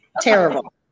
Terrible